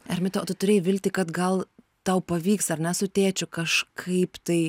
ermita o tu turėjai viltį kad gal tau pavyks ar ne su tėčiu kažkaip tai